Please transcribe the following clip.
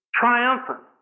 triumphant